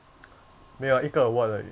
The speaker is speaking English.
没有啊一个 award 而已